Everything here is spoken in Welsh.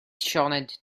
sioned